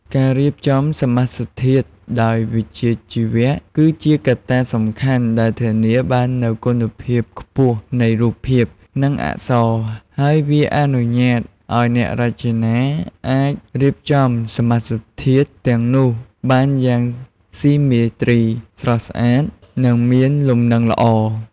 ការរៀបចំសមាសធាតុដោយវិជ្ជាជីវៈ គឺជាកត្តាសំខាន់ដែលធានាបាននូវគុណភាពខ្ពស់នៃរូបភាព និងអក្សរ ហើយវាអនុញ្ញាតឲ្យអ្នករចនាអាចរៀបចំសមាសធាតុទាំងនោះបានយ៉ាងស៊ីមេទ្រី ស្រស់ស្អាត និងមានលំនឹងល្អ។